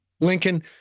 Lincoln